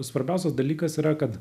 svarbiausias dalykas yra kad